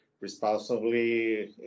Responsibly